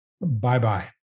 Bye-bye